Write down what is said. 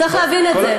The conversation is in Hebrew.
צריך להבין את זה.